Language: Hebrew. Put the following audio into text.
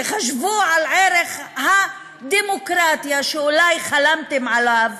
תחשבו על ערך הדמוקרטיה שאולי חלמתם עליו,